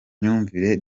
myumvire